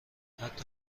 حتی